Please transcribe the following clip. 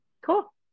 Cool